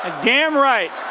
ah damn right.